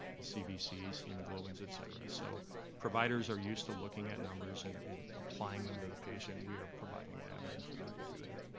cvcs, hemoglobins, et cetera. so providers are used to looking at numbers and and applying them to the patient, we are providing an avenue for them to do that.